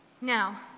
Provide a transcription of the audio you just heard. Now